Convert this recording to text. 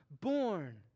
born